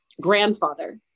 grandfather